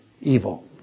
evil